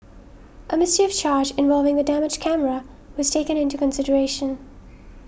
a mischief charge involving the damaged camera was taken into consideration